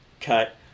cut